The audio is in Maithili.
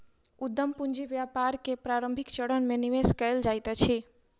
उद्यम पूंजी व्यापार के प्रारंभिक चरण में निवेश कयल जाइत अछि